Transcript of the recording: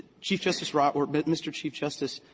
chief justice roberts, but mr. chief justice,